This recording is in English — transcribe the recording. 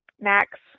max